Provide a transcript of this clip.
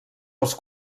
els